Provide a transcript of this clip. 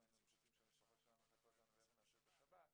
אנחנו היינו לחוצים שהמשפחות שלנו מחכות לנו ואיפה נעשה את השבת.